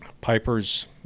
Piper's